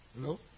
Hello